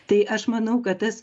tai aš manau kad tas